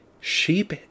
sheep